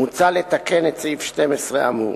מוצע לתקן את סעיף 12 האמור.